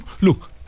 Look